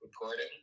recording